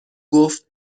گفت